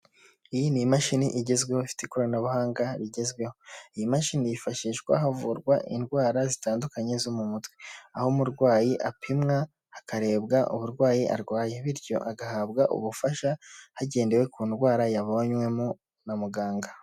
Iyi ni imashini igezweho ifite ikoranabuhanga rigezweho. Iyi mashini yifashishwa havurwa indwara zitandukanye zo mu mutwe aho umurwayi apimwa hakarebwa uburwayi arwaye bityo agahabwa ubufasha hagendewe ku ndwara yabonywemo na muganga.